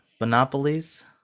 Monopolies